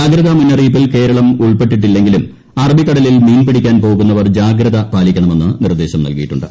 ജാഗ്രതാ മുന്നറിയിപ്പിൽ കേരളം ഉൾപ്പെട്ടിട്ടില്ലെങ്കിലും അറബിക്കടലിൽ മീൻപിടിക്കാൻ പോകുന്നവർ ജാഗ്രത പാലിക്കണമെന്ന് നിർദ്ദേശം നൽകിയിട്ടുണ്ട്